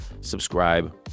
subscribe